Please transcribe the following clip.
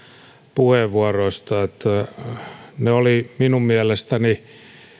puheenvuoroista ne olivat minun mielestäni